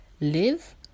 live